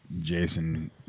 Jason